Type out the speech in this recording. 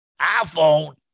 iPhone